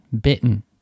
bitten